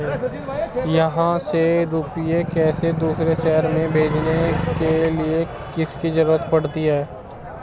यहाँ से रुपये किसी दूसरे शहर में भेजने के लिए किसकी जरूरत पड़ती है?